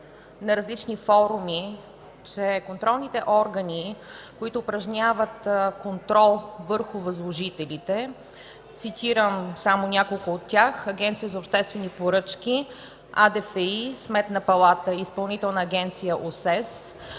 на различни форуми, че контролните органи, които упражняват контрол върху възложителите, цитирам само няколко от тях – Агенция за обществените поръчки, АДФИ, Сметна палата и Изпълнителна агенция ОСЕС,